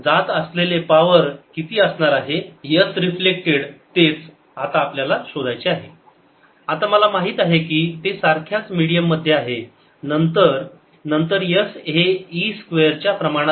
जात असलेले पावर किती असणार आहे S रिफ्लेक्टेड तेच आता आपल्याला शोधायचे आहे आता मला माहित आहे की ते सारख्याच मीडियम मध्ये आहे नंतर नंतर S हे E स्क्वेअर च्या प्रमाणात आहे